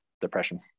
depression